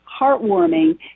heartwarming